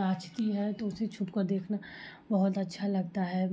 नाचती है तो उसे छुप कर देखना बहुत अच्छा लगता है